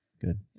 Good